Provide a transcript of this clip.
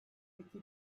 peki